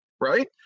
right